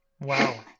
Wow